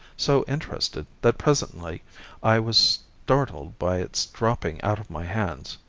so interested that presently i was startled by its dropping out of my hands.